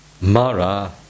Mara